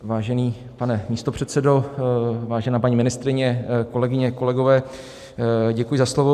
Vážený pane místopředsedo, vážená paní ministryně, kolegyně, kolegové, děkuji za slovo.